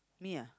me ah